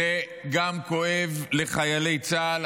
זה כואב גם לחיילי צה"ל.